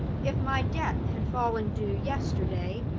if my debt had fallen due yesterday,